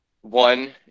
one